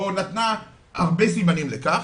או נתנה הרבה סימנים לכך